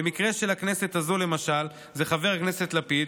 במקרה של הכנסת הזו למשל זה חבר הכנסת לפיד,